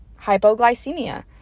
hypoglycemia